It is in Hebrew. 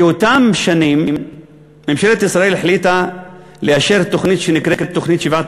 באותן שנים ממשלת ישראל החליטה לאשר תוכנית שנקראת "שבעת